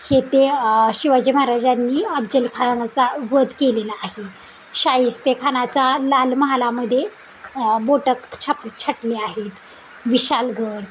हे ते शिवाजी महाराजांनी अफझल खानाचा वध केलेला आहे शाहिस्ते खानाचा लाल महालामध्ये बोटं छाप छाटली आहेत विशाळगड